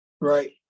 Right